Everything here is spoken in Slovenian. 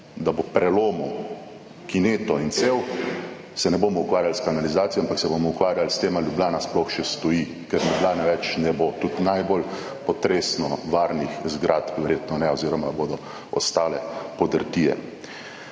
da bo prelomil kineto in cev, se ne bomo ukvarjali s kanalizacijo, ampak se bomo ukvarjali s tem, ali Ljubljana sploh še stoji, ker Ljubljana več ne bo, tudi najbolj potresno varnih zgradb verjetno ne oziroma bodo ostale podrtije.